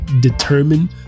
determine